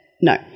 No